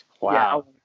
Wow